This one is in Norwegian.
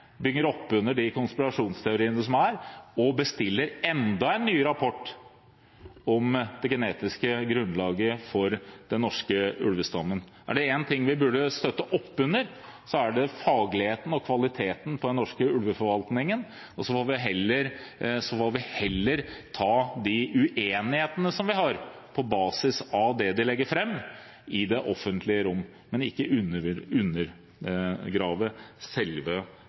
bygger opp under konspirasjonsteoriene og bestiller enda en ny rapport om det genetiske grunnlaget for den norske ulvestammen. Er det én ting vi burde støtte opp under, er det fagligheten og kvaliteten på den norske ulveforvaltningen, og så får vi heller ta de uenighetene vi har, på basis av det de legger fram i det offentlige rom, men ikke